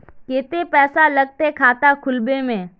केते पैसा लगते खाता खुलबे में?